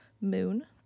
moon